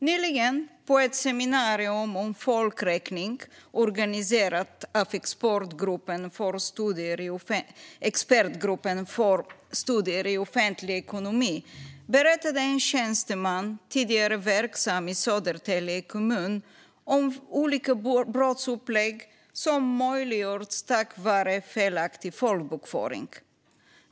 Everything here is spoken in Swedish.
Nyligen, på ett seminarium om folkräkning organiserat av Expertgruppen för studier i offentlig ekonomi, berättade en tjänsteman som tidigare varit verksam i Södertälje kommun om olika brottsupplägg som möjliggjorts tack vare felaktig folkbokföring.